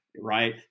right